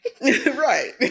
Right